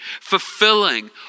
fulfilling